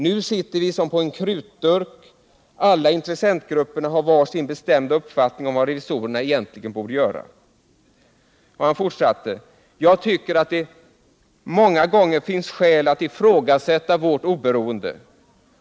Nu sitter vi som på en krutdurk, alla intressentgrupperna har var sin bestämda uppfattning om vad revisorerna egentligen borde göra.” Han fortsatte: ”—---jag tycker att det många gånger finns skäl att ifrågasätta vårt oberoende.